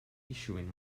issuing